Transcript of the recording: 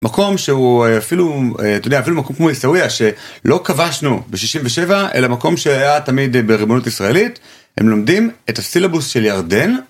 מקום שהוא אפילו, אתה יודע, אפילו מקום כמו איסאוויה שלא כבשנו ב-67 אלא מקום שהיה תמיד בריבונות ישראלית. הם לומדים את הסילבוס של ירדן.